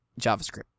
JavaScript